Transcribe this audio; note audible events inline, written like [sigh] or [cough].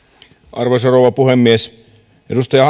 arvoisa rouva puhemies edustaja [unintelligible]